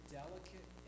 delicate